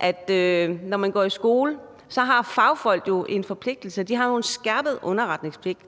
at når man går i skole, har fagfolk en forpligtelse, de har en skærpet underretningspligt,